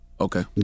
Okay